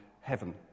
heaven